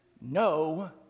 no